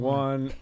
one